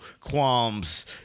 qualms